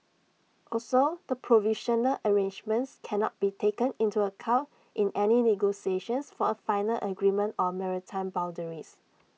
also the provisional arrangements cannot be taken into account in any negotiations for A final agreement on maritime boundaries